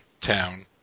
town